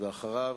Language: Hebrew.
ואחריו,